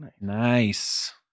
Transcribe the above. Nice